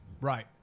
Right